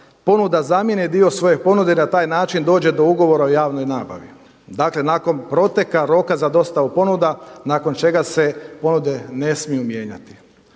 ponuda zamijeni dio svoje ponude i na taj način dođe do ugovora o javnoj nabavi. Dakle, nakon proteka roka za dostavu ponuda nakon čega se ponude ne smiju mijenjati.